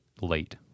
late